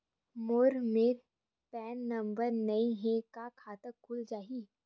मोर मेर PAN number नई हे का खाता खुल जाही?